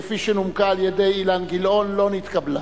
שנומקה על-ידי אילן גילאון, לא נתקבלה.